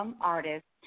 artists